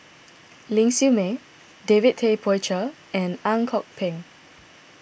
Ling Siew May David Tay Poey Cher and Ang Kok Peng